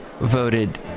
voted